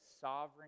sovereign